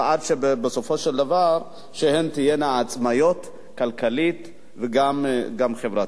עד שבסופו של דבר הן תהיינה עצמאיות כלכלית וגם חברתית.